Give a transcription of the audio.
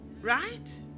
right